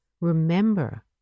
remember